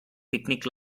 picnic